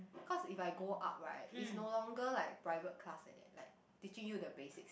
cause if I go up right is no longer like private class like that like teaching you the basics